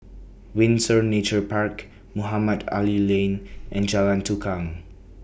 Windsor Nature Park Mohamed Ali Lane and Jalan Tukang